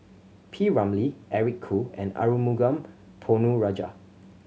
P Ramlee Eric Khoo and Arumugam Ponnu Rajah